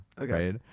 Okay